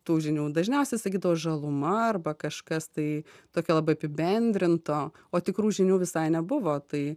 tų žinių dažniausiai sakydavo žaluma arba kažkas tai tokio labai apibendrinto o tikrų žinių visai nebuvo tai